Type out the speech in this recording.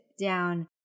down